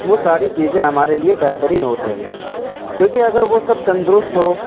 وہ ساری چیزیں ہمارے لیے بہترین ہوتے ہیں کیوں کہ اگر وہ سب تندرست ہو